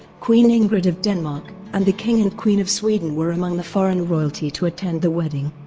queen ingrid of denmark, and the king and queen of sweden were among the foreign royalty to attend the wedding.